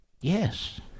Yes